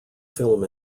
film